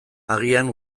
agian